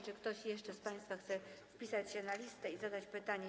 Czy ktoś z państwa chce wpisać się na listę i zadać pytanie?